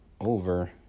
over